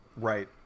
Right